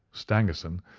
stangerson,